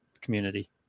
community